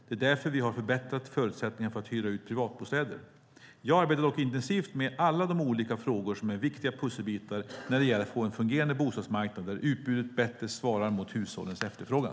Det är därför vi har förbättrat förutsättningarna för att hyra ut privatbostäder. Jag arbetar dock intensivt med alla de olika frågor som är viktiga pusselbitar när det gäller att få en fungerande bostadsmarknad där utbudet bättre svarar mot hushållens efterfrågan.